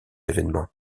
événement